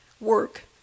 work